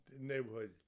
Neighborhood